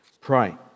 pray